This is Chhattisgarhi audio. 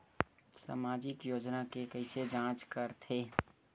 सामाजिक योजना के कइसे जांच करथे?